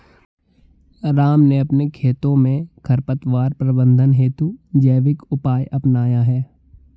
राम ने अपने खेतों में खरपतवार प्रबंधन हेतु जैविक उपाय अपनाया है